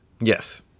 Yes